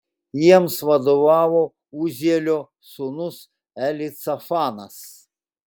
jiems vadovavo uzielio sūnus elicafanas